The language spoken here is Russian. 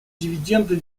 дивиденды